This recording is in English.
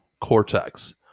Cortex